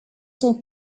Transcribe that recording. son